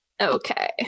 Okay